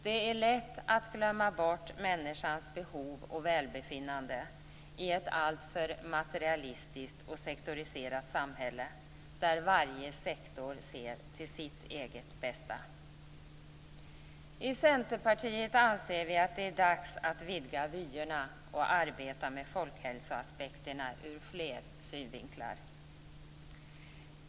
Det är lätt att glömma bort människans behov och välbefinnande i ett alltför materialistiskt och sektoriserat samhälle, där varje sektor ser till sitt eget bästa. I Centerpartiet anser vi att det är dags att vidga vyerna och arbeta med folkhälsoaspekterna ur fler synvinklar.